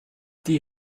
die